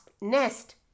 Nest